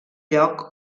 lloc